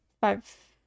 five